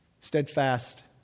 Steadfast